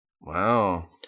Wow